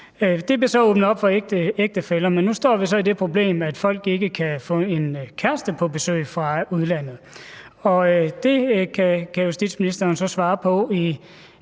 Der blev så åbnet op for ægtefæller, men nu står vi så med det problem, at folk ikke kan få en kæreste på besøg fra udlandet. Justitsministeren kan så i